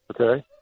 okay